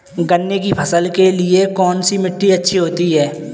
गन्ने की फसल के लिए कौनसी मिट्टी अच्छी होती है?